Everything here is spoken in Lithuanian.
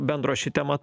bendro ši tema